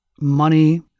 money